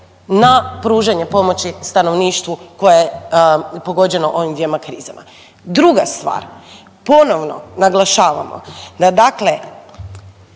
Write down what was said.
na pružanje pomoći stanovništvu koje je pogođeno ovim dvjema krizama. Druga stvar, ponovno naglašavamo da dakle